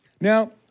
Now